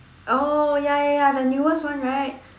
oh ya ya ya the newest one right